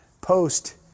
Post